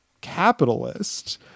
capitalist